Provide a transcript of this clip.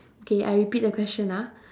okay I repeat the question ah